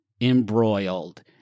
embroiled